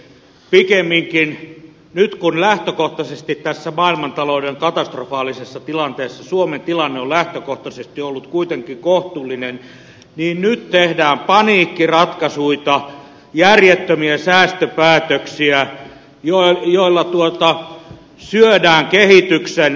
pikemminkin kun lähtökohtaisesti tässä maailmantalouden katastrofaalisessa tilanteessa suomen tilanne on ollut kuitenkin kohtuullinen nyt tehdään paniikkiratkaisuita järjettömiä säästöpäätöksiä joilla syödään kehityksen eväitä